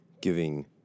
giving